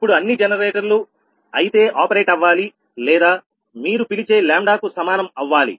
ఇప్పుడు అన్ని జనరేటర్లు అయితే ఆపరేట్ అవ్వాలి లేదా మీరు పిలిచే λ కు సమానం అవ్వాలి